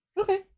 Okay